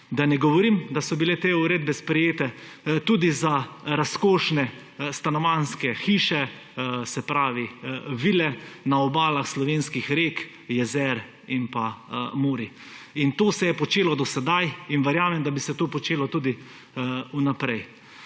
Da ne govorim, da so bile te uredbe sprejete tudi za razkošne stanovanjske hiše, vile na obalah slovenskih rek, jezer in morja. In to se je počelo do sedaj in verjamem, da bi se to počelo tudi naprej.